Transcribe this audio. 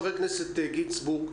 חבר הכנסת גינזבורג.